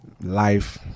life